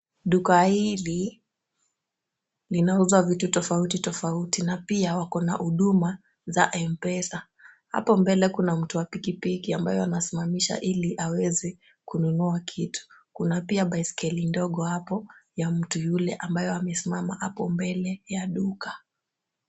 Duka hili linauza vitu tofauti tofauti na pia wako na huduma za M-Pesa .Hapo mbele kuna mtu wa pikipiki ambaye anasimamisha ili aweze kununua kitu kuna pia baiskeli ndogo hapo ya mtu yule ambayo amesimama hapo mbele ya duka.